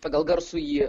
pagal garsųjį